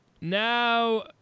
Now